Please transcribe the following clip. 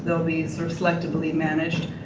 so be sort of selectively managed.